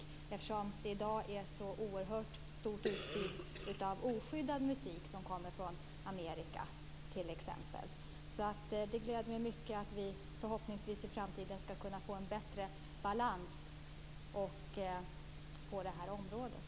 I dag är det ju så oerhört stort utbud av oskyddad musik som kommer från t.ex. Amerika, så det gläder mig mycket att vi i framtiden förhoppningsvis skall kunna få en bättre balans på det här området.